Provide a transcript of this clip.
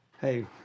Hey